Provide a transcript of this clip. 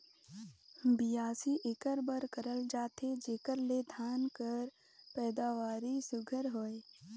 बियासी एकर बर करल जाथे जेकर ले धान कर पएदावारी सुग्घर होए